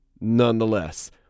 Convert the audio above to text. nonetheless